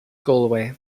galway